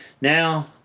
Now